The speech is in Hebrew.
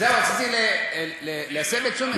רציתי להסב את תשומת לבך.